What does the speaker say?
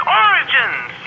origins